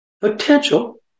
potential